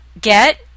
get